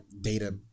data